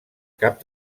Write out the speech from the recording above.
cap